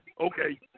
Okay